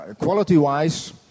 quality-wise